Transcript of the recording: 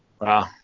Wow